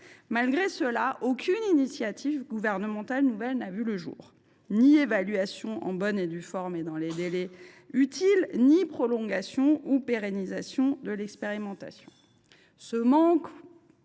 Malgré cela, aucune initiative gouvernementale nouvelle n’a vu le jour : ni évaluation en bonne et due forme et dans les délais utiles ni prolongation ou pérennisation de l’expérimentation.